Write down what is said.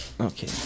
Okay